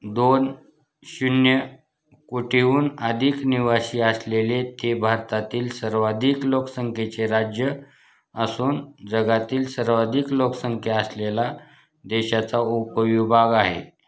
दोन शून्य कोटीहून अधिक निवासी असलेले ते भारतातील सर्वाधिक लोकसंखेचे राज्य असून जगातील सर्वाधिक लोकसंख्या असलेला देशाचा उपविभाग आहे